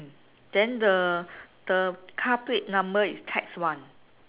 then the the car plate number is tax one